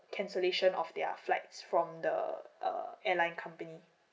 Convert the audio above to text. cancellation of their flights from the uh airline company